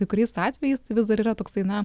kai kuriais atvejais tai vis dar yra toksai na